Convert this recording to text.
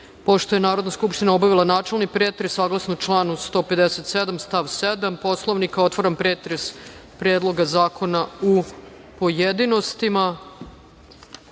je Narodna skupština obavila načelni pretres, saglasno članu 157. stav 7. Poslovnika, otvaram pretres Predloga zakona u pojedinostima. Na